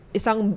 isang